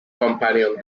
companion